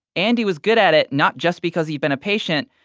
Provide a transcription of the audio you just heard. and he was good at it, not just because he'd been a patient,